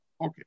Okay